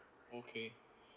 okay